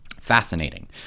Fascinating